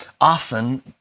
often